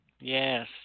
Yes